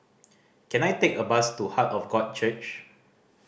can I take a bus to Heart of God Church